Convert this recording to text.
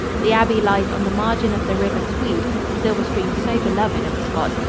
the abbey lies on the margin of the river tweed, the silver stream so beloved of scott,